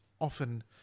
often